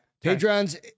Patrons